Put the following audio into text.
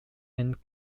and